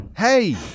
Hey